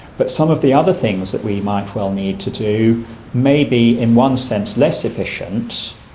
but some of the other things that we might well need to do may be in one sense less efficient.